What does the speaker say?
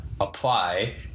apply